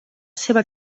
seva